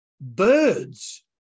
Birds